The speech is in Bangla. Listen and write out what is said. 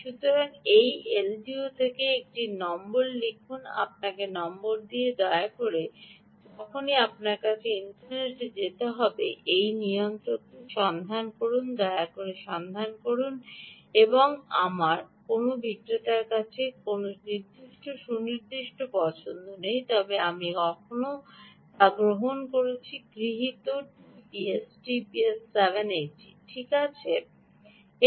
সুতরাং এই এলডিও থেকে একটি নম্বর লিখুন আপনার নম্বর দিন দয়া করে যখনই আপনার কাছে ইন্টারনেটে যেতে হবে এবং এই নিয়ন্ত্রকটি সন্ধান করুন দয়া করে সন্ধান করুন আমার কোনও বিক্রেতার কাছে নির্দিষ্ট সুনির্দিষ্ট পছন্দ নেই তবে আমি এখনও তা গ্রহণ করেছি গৃহীত এটি টিপিএস টিপিএস 780 ঠিক আছে দেখুন